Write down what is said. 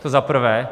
To za prvé.